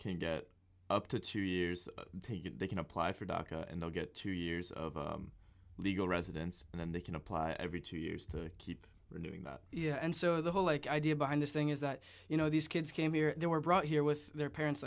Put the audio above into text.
can get up to two years they can apply for daca and they'll get two years of legal residence and then they can apply every two years to keep renewing yeah and so the whole like idea behind this thing is that you know these kids came here they were brought here with their parents